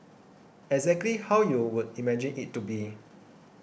exactly how you would imagine it to be